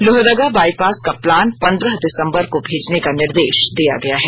Lohardaga bypass का प्लान पंद्रह दिसंबर को भेजने का निर्दे ा दिया गया है